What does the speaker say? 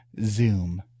Zoom